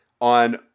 on